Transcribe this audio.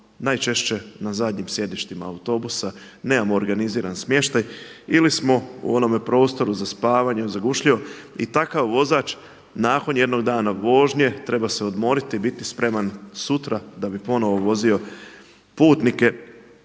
najčešće na zadnjim sjedištima autobusa, nemamo organizirani smještaj ili smo u onome prostoru za spavanje zagušljivom. I takav vozač nakon jednog dana vožnje treba se odmoriti i biti spreman sutra da bi ponovno vozio putnike,